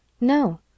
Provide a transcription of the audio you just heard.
No